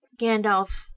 Gandalf